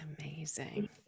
amazing